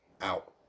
out